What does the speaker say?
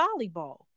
volleyball